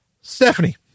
Stephanie